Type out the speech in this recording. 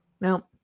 now